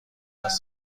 است